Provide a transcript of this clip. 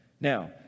Now